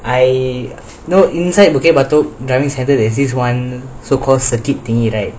I no inside bukit batok driving centre there's this one so called circuit thingy right